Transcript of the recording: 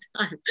time